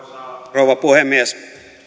rouva puhemies